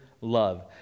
love